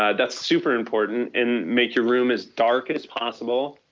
ah that's super important and make your room as dark as possible,